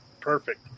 Perfect